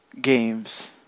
games